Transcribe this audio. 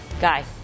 Guy